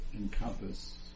encompass